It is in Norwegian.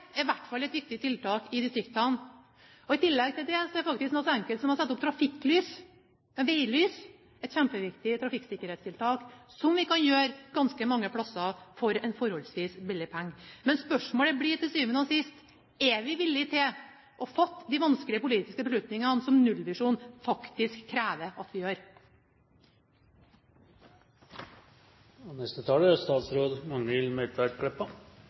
fall et viktig tiltak i distriktene. I tillegg til det er faktisk noe så enkelt som å sette opp trafikklys og veilys et kjempeviktig trafikksikkerhetstiltak. Det kan vi gjøre ganske mange plasser for en forholdsvis billig penge. Men spørsmålet blir til syvende og sist: Er vi villig til å fatte de vanskelige politiske beslutningene som nullvisjonen faktisk krever at vi gjør?